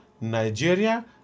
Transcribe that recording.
Nigeria